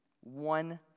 One